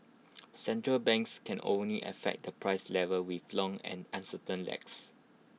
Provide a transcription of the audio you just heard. central banks can only affect the price level with long and uncertain lags